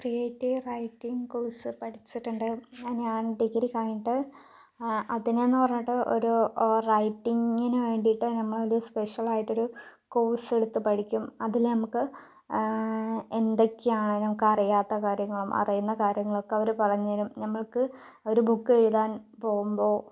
creative writing course പഠിച്ചിട്ടുണ്ട് ഞാന് degree കഴിഞ്ഞിട്ട് അതിന് എന്ന് പറഞ്ഞിട്ട് ഒരു റൈറ്റിംഗിന് വേണ്ടീട്ട് നമ്മൾ ഒരു സ്പെഷ്യലായിട്ടൊരു കോഴ്സ് എടുത്ത് പഠിക്കും അതില് നമുക്ക് എന്തൊക്കെയാ നമുക്ക് അറിയാത്ത കാര്യങ്ങളും അറിയുന്ന കാര്യങ്ങളും ഒക്കെ അവർ പറഞ്ഞു തരും നമ്മക്ക് ഒരു ബുക്ക് എഴുതാൻ പോകുമ്പോ